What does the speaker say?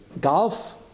Golf